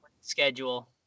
schedule